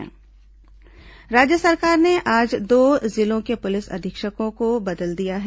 पदस्थापना राज्य सरकार ने आज दो जिलों के पुलिस अधीक्षकों को बदल दिया है